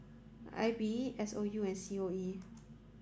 I B S O U and C O E